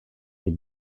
est